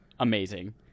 Amazing